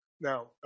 Now